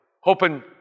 hoping